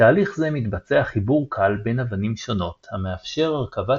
בתהליך זה מתבצע חיבור קל בין אבנים שונות המאפשר הרכבת